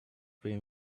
been